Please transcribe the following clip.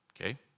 Okay